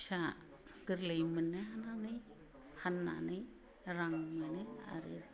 फिसा गोरलै मोनहोनानै फान्नानै रां मोनो आरो